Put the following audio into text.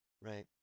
right